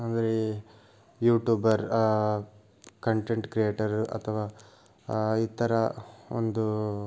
ಅಂದರೆ youtuber content creator ಅಥವಾ ಈ ಥರ ಒಂದು